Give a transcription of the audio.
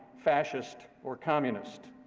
fascist, or communist.